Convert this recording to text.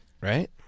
Right